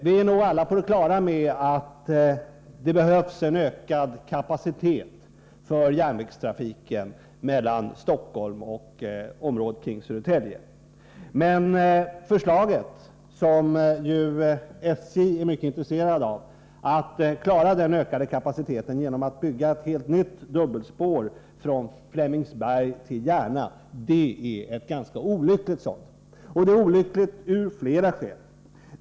Vi är nog alla på det klara med att det behövs en ökad kapacitet för järnvägstrafiken mellan Stockholm och området kring Södertälje, men förslaget, som ju SJ är mycket intresserat av, att klara den ökade kapaciteten genom att bygga ett helt nytt dubbelspår från Flemingsberg till Järna är ett ganska olyckligt sådant. Det är olyckligt av flera skäl.